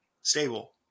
stable